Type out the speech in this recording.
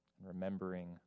Remembering